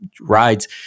rides